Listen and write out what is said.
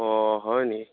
অ হয়নি